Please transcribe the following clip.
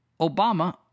Obama